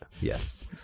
Yes